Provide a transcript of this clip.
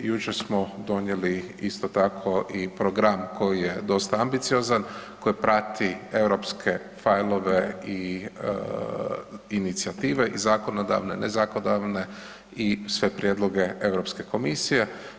Jučer smo donijeli isto tako i program koji je dosta ambiciozan, koji prati europske fajlove i inicijative i zakonodavne, ne zakonodavne i sve prijedloge Europske komisije.